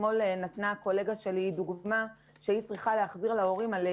אתמול נתנה הקולגה שלי דוגמה שהיא צריכה להחזיר להורים עבור